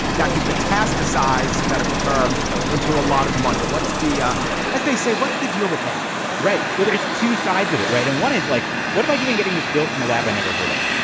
that could metastasize medical term into a lot of money. what's the ah as they say, what's the deal with that right. well there's two sides of it. right. and one is like, what am i doing getting this bill from a lab i never heard of?